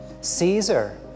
Caesar